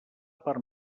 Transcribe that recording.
per